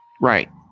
Right